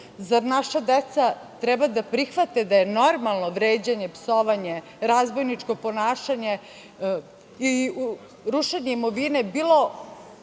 Zar naša deca treba da prihvate da je normalno vređanje, psovanje, razbojničko ponašanje i rušenje imovine bilo